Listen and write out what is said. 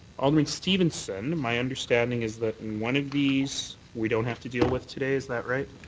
alderman stevenson, my understanding is that one of these we don't have to deal with today. is that right?